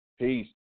Peace